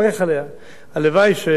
הלוואי שבעתיד,